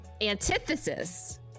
antithesis